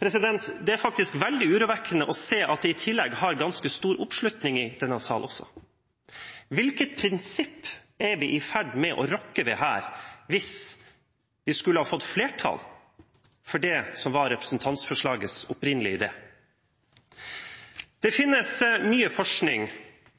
Det er faktisk veldig urovekkende å se at dette i tillegg har ganske stor oppslutning i denne salen. Hvilket prinsipp er vi i ferd med å rokke ved her hvis vi skulle fått flertall for det som var representantforslagets opprinnelige idé? Det finnes mye forskning,